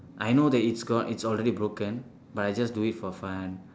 I know that it's gone it's already broken but I just do it for fun